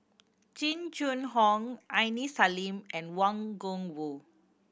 Jing Jun Hong Aini Salim and Wang Gungwu